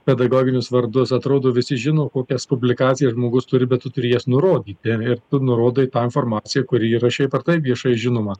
pedagoginius vardus atrodo visi žino kokias publikacijas žmogus turi bet tu turi jas nurodyti ir tu nurodai tą informaciją kuri yra šiaip ar taip viešai žinoma